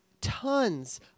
tons